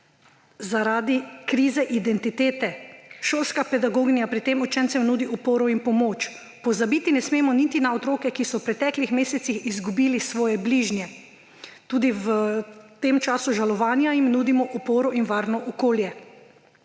zaradi krize identitete. Šolska pedagoginja pri tem učencem nudi oporo in pomoč. Pozabiti ne smemo niti na otroke, ki so v preteklih mesecih izgubili svoje bližnje. Tudi v tem času žalovanja jim nudimo oporo in varno okolje.